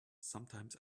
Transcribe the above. sometimes